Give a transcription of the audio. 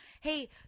Hey